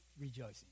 rejoicing